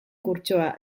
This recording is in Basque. kurtsoa